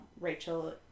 Rachel